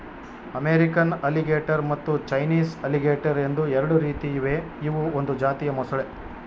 American alligator ಮತ್ತು Chinese alligator ಎಂದು ಎರಡು ರೀತಿ ಇವೆ ಇವು ಒಂದು ಜಾತಿಯ ಮೊಸಳೆ